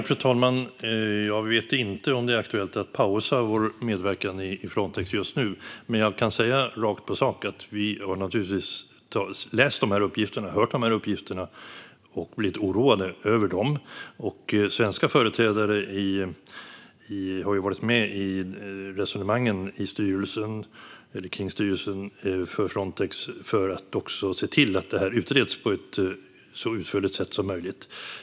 Fru talman! Jag vet inte om det är aktuellt att pausa vår medverkan i Frontex just nu. Men jag kan rakt på sak säga att vi naturligtvis har läst och hört de här uppgifterna och blivit oroade över dem. Svenska företrädare har varit med i resonemangen om styrelsen för Frontex för att se till att det utreds på ett så utförligt sätt som möjligt.